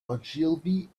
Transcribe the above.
ogilvy